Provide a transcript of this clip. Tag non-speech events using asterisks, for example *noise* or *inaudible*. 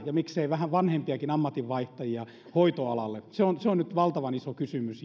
ja miksei vähän vanhempiakin ammatinvaihtajia hoitoalalle se on se on nyt valtavan iso kysymys *unintelligible*